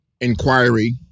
inquiry